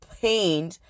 pain